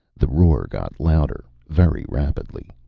the roar got louder very rapidly.